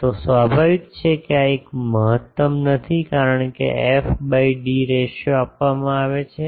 તો સ્વાભાવિક છે કે આ એક મહત્તમ નથી કારણ કે f by d રેશિયો આપવામાં આવે છે